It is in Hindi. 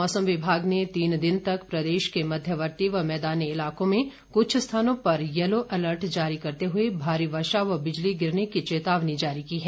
मौसम विभाग ने तीन दिन तक प्रदेश के मध्यवर्ती व मैदानी इलाकों में कुछ स्थानों पर यलो अलर्ट जारी करते हुए भारी वर्षा व बिजली गिरने की चेतावनी जारी की है